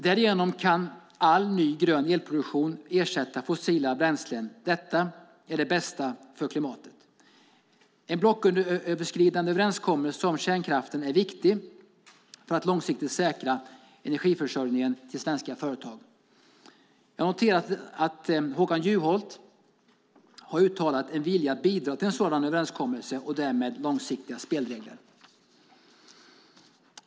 Därigenom kan all ny grön elproduktion ersätta fossila bränslen. Detta är det bästa för klimatet. En blocköverskridande överenskommelse om kärnkraften är viktig för att långsiktigt säkra energiförsörjningen till svenska företag. Jag noterar att Håkan Juholt har uttalat en vilja att bidra till en sådan överenskommelse och därmed långsiktiga spelregler.